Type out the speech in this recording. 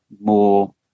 more